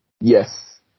Yes